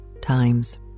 times